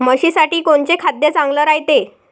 म्हशीसाठी कोनचे खाद्य चांगलं रायते?